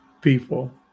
people